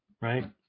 right